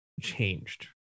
changed